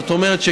זאת אומרת,